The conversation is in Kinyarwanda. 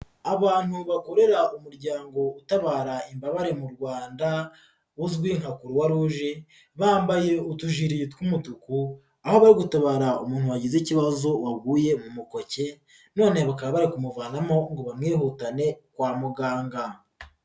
Abantu bakorera umuryango utabara imbabare mu Rwanda uzwi nka Croix Rouge bambaye utujiri tw'umutuku aho bari gutabara umuntu wagize ikibazo waguye mu mukoke none bakaba bari kumuvanamo ngo bamwihutane kwa muganga.